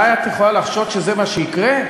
עלי את יכולה לחשוד שזה מה שיקרה?